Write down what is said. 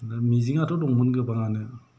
मिजिङाथ' दंमोन गोबाङानो